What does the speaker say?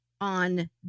on